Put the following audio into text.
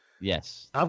Yes